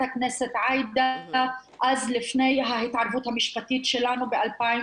הכנסת עאידה אז לפני ההתערבות המשפטית שלנו ב-2017.